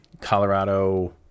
Colorado